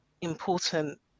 important